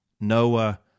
Noah